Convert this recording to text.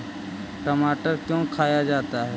टमाटर क्यों खाया जाता है?